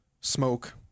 smoke